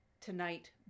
tonight